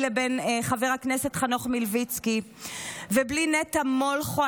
לבין חבר הכנסת חנוך מלביצקי ובלי נטע מולכו,